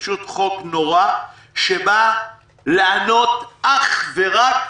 פשוט חוק נורא, שבא לענות אך ורק